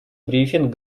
брифинг